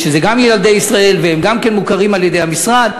שגם הם ילדי ישראל, וגם הם מוכרים על-ידי המשרד.